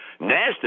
NASDAQ